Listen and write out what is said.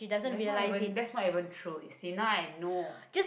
that's not even that's not even true you see now I know